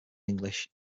english